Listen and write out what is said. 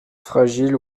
fragiles